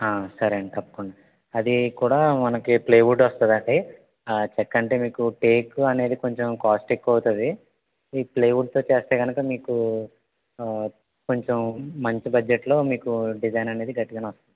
సరే అండి తప్పకుండ అది కూడా మనకి ప్లే ఉడ్ వస్తదండి చెక్క అంటే మీకు టేకు అనేది కొంచెం కాస్ట్ ఎక్కువ అవుతది ఈ ప్లే ఉడ్తో చేస్తే కనుక మీకు కొంచెం మంచి బడ్జెట్లో మీకు డిజైన్ అనేది గట్టిగానే వస్తుంది